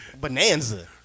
Bonanza